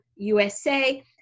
USA